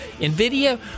NVIDIA